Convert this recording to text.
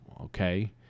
okay